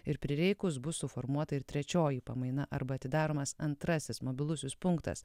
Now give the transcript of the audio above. ir prireikus bus suformuota ir trečioji pamaina arba atidaromas antrasis mobilusis punktas